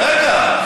רגע.